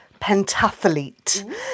pentathlete